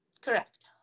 Correct